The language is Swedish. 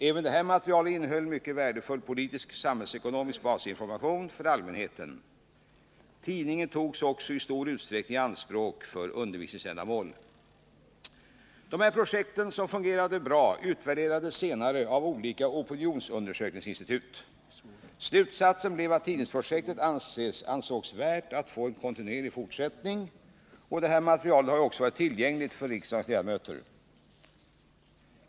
Även detta material innehöll mycken värdefull politisk och samhällsekonomisk basinformation för allmänheten. Tidningen togs också i stor utsträckning i anspråk för undervisningsändamål. Dessa projekt, som fungerat bra, utvärderades senare av olika opinionsundersökningsinstitut. Slutsatsen blev att tidningsprojektet ansågs värt att få en kontinuerlig fortsättning. Detta material har också varit tillgängligt för riksdagens ledamöter.